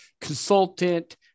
consultant